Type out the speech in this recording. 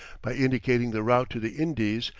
by indicating the route to the indies,